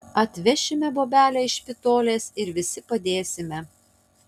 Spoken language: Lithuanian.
atvešime bobelę iš špitolės ir visi padėsime